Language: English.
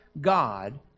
God